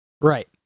Right